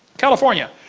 california,